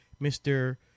Mr